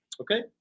Okay